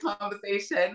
conversation